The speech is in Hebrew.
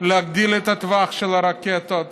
להגדיל את הטווח של הרקטות,